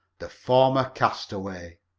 the former castaway.